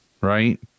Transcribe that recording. right